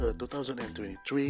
2023